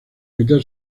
mitad